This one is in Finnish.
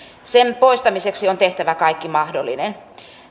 sen poistamiseksi on tehtävä kaikki mahdollinen